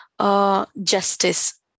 justice